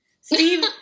Steve